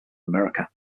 america